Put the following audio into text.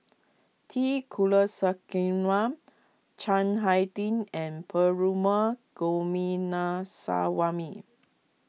T Kulasekaram Chiang Hai Ding and Perumal Gominaswamy